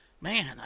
man